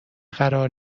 قرار